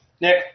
Nick